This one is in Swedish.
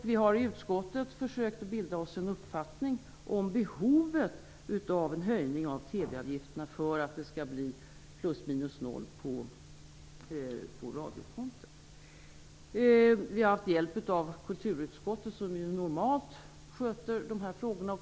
Vi har i utskottet försökt att bilda oss en uppfattning om behovet av en höjning av TV avgiften för att det skall bli plus minus noll på radiokontot. Vi har haft hjälp av kulturutskottet, som ju normalt sköter dessa frågor.